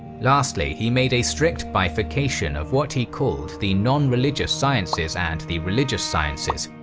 lastly, he made a strict bifurcation of what he called the nonreligious sciences and the religious sciences.